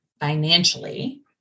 financially